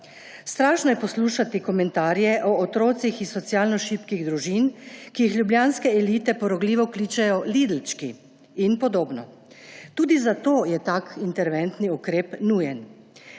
Strašno je poslušati komentarje o otrocih iz socialno šibkih družin, ki jih ljubljanske elite porogljivo kličejo lidlčki in podobno. Tudi zato je tak interventni ukrep nujen.